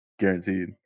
Guaranteed